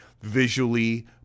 visually